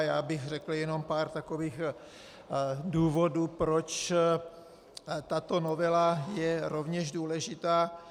Já bych řekl jenom pár takových důvodů, proč tato novela je rovněž důležitá.